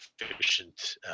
efficient